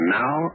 now